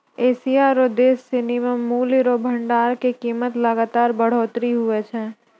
Asia रो देश सिनी मे मूल्य रो भंडार के कीमत मे लगातार बढ़ोतरी हुवै छै